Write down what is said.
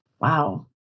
Wow